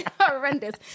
horrendous